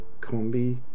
combi